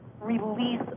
release